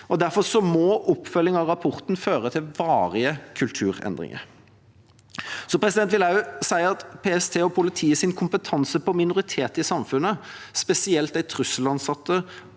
Derfor må oppfølging av rapporten føre til varige kulturendringer. Jeg vil også si at PSTs og politiets kompetanse på minoritetene i samfunnet, spesielt de trusselutsatte,